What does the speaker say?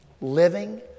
living